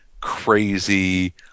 crazy